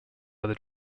other